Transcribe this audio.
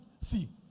see